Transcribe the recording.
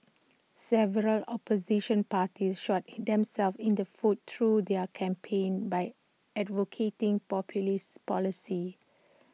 several opposition parties shot themselves in the foot through their campaigns by advocating populist policies